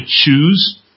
choose